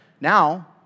now